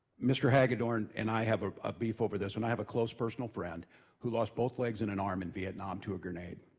mr. hagedorn and i have a a beef over this, and i have a close personal friend who lost both legs and an arm in vietnam to a grenade.